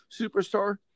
superstar